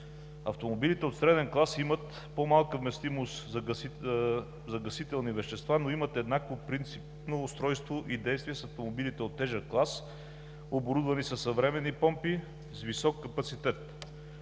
Автомобилите от среден клас имат по-малка вместимост загасителни вещества, но имат еднакво принципно устройство и действие с автомобилите от тежък клас, оборудвани със съвременни помпи с висок капацитет.